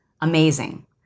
amazing